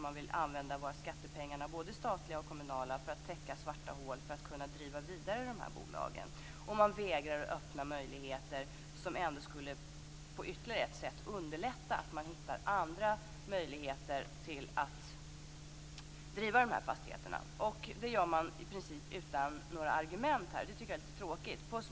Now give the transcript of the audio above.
Man vill använda våra skattepengar, både statliga och kommunala, för att täcka svarta hål och kunna driva dessa bolag vidare. Man vägrar att öppna möjligheter som ytterligare skulle underlätta att hitta andra sätt att driva dessa fastigheter. Det gör man i princip utan några argument, och det är lite tråkigt.